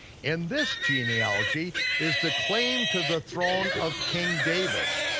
and this genealogy is the claim to the throne of king david.